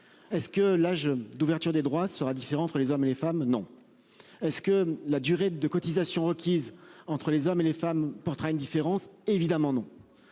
Est-ce que l'âge d'ouverture des droits sera différent entre les hommes et les femmes, non. Est-ce que la durée de cotisation requise entre les hommes et les femmes portera une différence évidemment non.